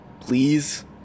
Please